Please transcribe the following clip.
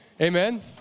Amen